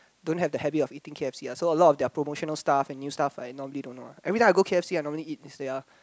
don't have the habit of eating K_F_C ah so a lot of their promotional stuff the new stuff I normally don't know one everytime I go K_F_C I normally eat their